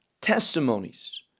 testimonies